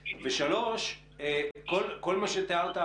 ושלוש, כל מה שתיארת עכשיו,